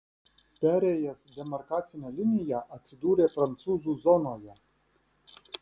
perėjęs demarkacinę liniją atsidūrė prancūzų zonoje